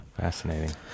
Fascinating